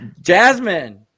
Jasmine